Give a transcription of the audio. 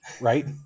Right